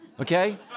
okay